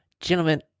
gentlemen